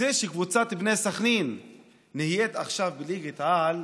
זה שקבוצת בני סח'נין נהיית עכשיו בליגת-העל,